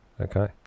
Okay